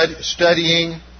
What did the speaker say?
studying